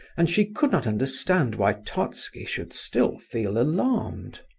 and she could not understand why totski should still feel alarmed.